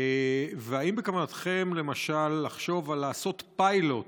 האם בכוונתכם, למשל, לחשוב על לעשות פיילוט